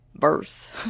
verse